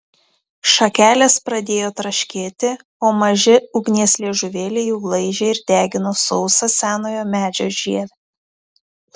šakelės pradėjo traškėti o maži ugnies liežuvėliai jau laižė ir degino sausą senojo medžio žievę